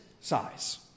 size